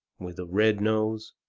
with a red nose,